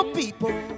people